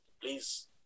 please